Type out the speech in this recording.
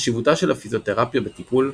חשיבותה של הפיזיותרפיה בטיפול,